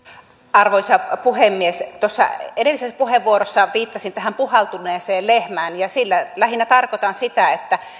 arvoisa puhemies tuossa edellisessä puheenvuorossa viittasin tähän puhaltuneeseen lehmään ja sillä lähinnä tarkoitan sitä että